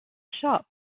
shop